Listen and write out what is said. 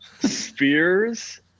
spears